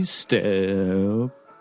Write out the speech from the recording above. step